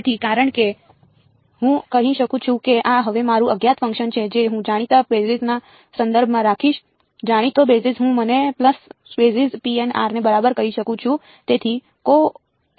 તેથી કારણ કે હું કહી શકું છું કે આ હવે મારું અજ્ઞાત ફંક્શન છે જે હું જાણીતા બેસિસ ના સંદર્ભમાં લખીશ જાણીતો બેસિસ હું મને પલ્સ બેસિસ ને બરાબર કહી શકું છું